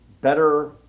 better